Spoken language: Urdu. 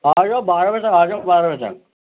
آ جاؤ بارہ بجے تک آجاؤ بارہ بجے تک